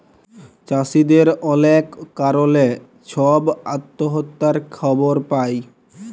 চাষীদের অলেক কারলে ছব আত্যহত্যার খবর পায়